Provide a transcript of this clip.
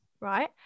right